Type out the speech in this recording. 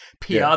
PR